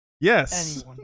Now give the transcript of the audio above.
Yes